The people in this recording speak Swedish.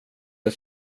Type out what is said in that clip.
att